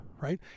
Right